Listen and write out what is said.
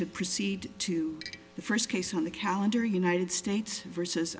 proceed to the first case on the calendar united states versus